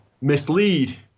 mislead